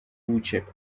uciekł